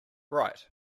right